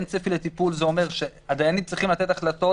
אין צפי לטיפול זה אומר שהדיינים לא יכולים לתת החלטות.